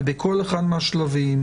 ובכל אחד מהשלבים,